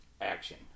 action